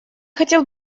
хотел